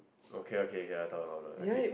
okay okay I talk louder okay